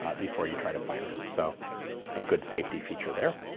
before you try to fire, so a good safety feature there.